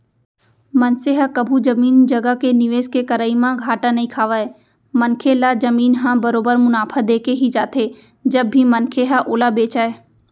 मनसे ह कभू जमीन जघा के निवेस के करई म घाटा नइ खावय मनखे ल जमीन ह बरोबर मुनाफा देके ही जाथे जब भी मनखे ह ओला बेंचय